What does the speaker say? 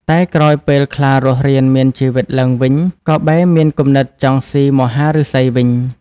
តែក្រោយពេលខ្លារស់រានមានជីវិតឡើងវិញ ក៏បែរមានគំនិតចង់ស៊ីមហាឫសីវិញ។